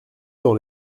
dans